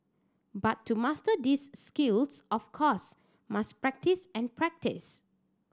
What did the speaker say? but to master these skills of course must practise and practise